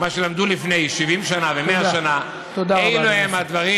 מה שלמדו לפני 70 שנה ו-100 שנה, אלה הם הדברים